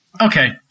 Okay